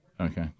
Okay